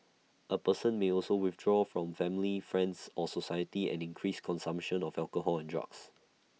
A person may also withdraw from family friends or society and increase consumption of alcohol and drugs